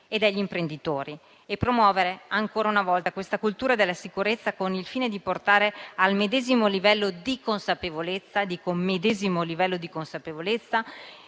e degli imprenditori; e promuovere ancora una volta la cultura della sicurezza, con il fine di portare al medesimo livello di consapevolezza - ribadisco, al medesimo livello di consapevolezza